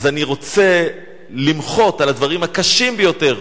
אז אני רוצה למחות על הדברים הקשים ביותר,